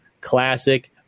classic